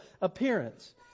appearance